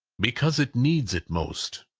because it needs it most.